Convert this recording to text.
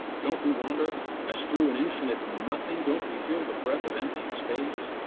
don't we wander as through an infinite nothing? don't we feel the breath of empty space?